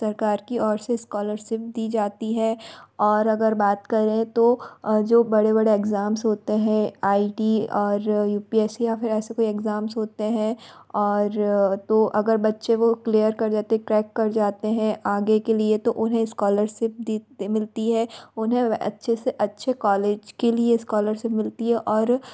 सरकार की ओर से इस्कॉलरसिप दी जाती है और अगर बात करें तो जो बड़े बड़े एग्ज़ाम्स होते हैं आई टी और यू पी एस सी या फिर ऐसे कोई इग्ज़ाम्स होते हैं और तो अगर बच्चे वो क्लियर कर जाते क्रैक कर जाते हैं आगे के लिए तो उन्हें इस्कॉलरसिप दी मिलती है उन्हें अच्छे से अच्छे कॉलेज के लिए इस्कॉलरसिप मिलती है और